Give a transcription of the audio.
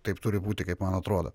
taip turi būti kaip man atrodo